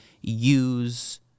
use